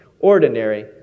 ordinary